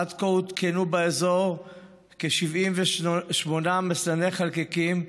עד כה הותקנו באזור כ-78 מסנני חלקיקים.